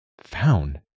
Found